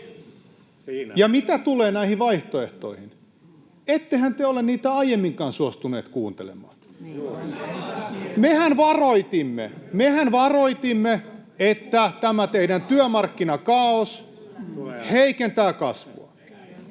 Ja mitä tulee näihin vaihtoehtoihin, ettehän te ole niitä aiemminkaan suostuneet kuuntelemaan. [Välihuutoja oikealta — Naurua oikealta] Mehän varoitimme, että tämä teidän työmarkkinakaaos heikentää kasvua.